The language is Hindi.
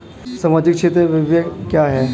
सामाजिक क्षेत्र व्यय क्या है?